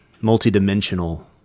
multi-dimensional